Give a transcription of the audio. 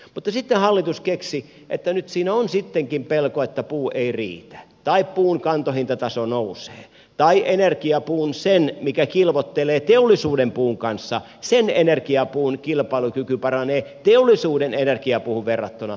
mutta sitten hallitus keksi että nyt siinä on sittenkin pelko että puu ei riitä tai puun kantohintataso nousee tai energiapuun sen mikä kilvoittelee teollisuuden puun kanssa kilpailukyky paranee teollisuuden energiapuuhun verrattuna